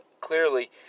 clearly